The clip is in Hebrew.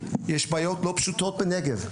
יש בעיות לא פשוטות בנגב.